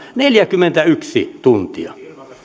neljäkymmentäyksi tuntia